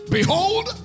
Behold